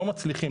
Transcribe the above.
לא מצליחים.